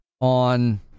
on